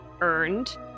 earned